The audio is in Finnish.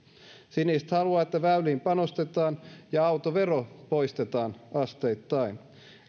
siniset haluaa että väyliin panostetaan ja autovero poistetaan asteittain